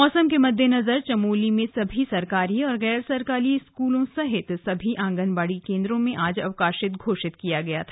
मौसम के मद्देनजर चमोली के जिलाधिकारी ने सभी सरकारी और गैर सरकारी स्कूलों सहित सभी आंगनबाड़ी केन्द्रों में आज अवकाश घोषित किया था